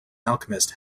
alchemist